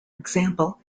example